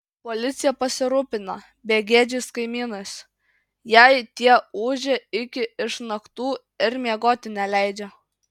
policija pasirūpina begėdžiais kaimynais jei tie ūžia iki išnaktų ir miegoti neleidžia